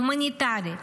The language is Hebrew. הומניטרי,